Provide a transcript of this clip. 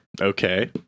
okay